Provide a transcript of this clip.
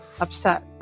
upset